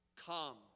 come